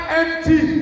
empty